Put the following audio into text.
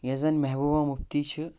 یۄس زَن مجبوبا مفتی چھِ